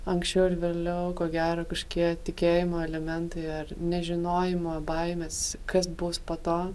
anksčiau ar vėliau ko gero kažkokie tikėjimo elementai ar nežinojimo baimės kas bus po to